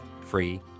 free